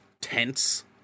tense-